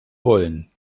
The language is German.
wollen